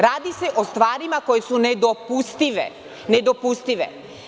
Radi se o stvarima koje su nedopustive.